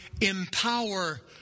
empower